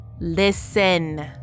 listen